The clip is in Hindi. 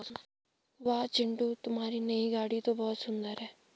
वाह चिंटू तुम्हारी नई गाड़ी तो बहुत सुंदर है